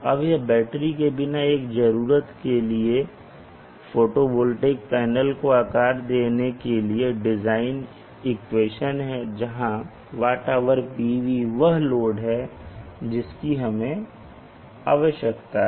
अब यह बैटरी के बिना एक जरूरत के लिए फोटोवोल्टिक पैनलों को आकार देने के लिए डिज़ाइन इक्वेशन है जहां WHPV वह लोड है जिसकी आवश्यकता है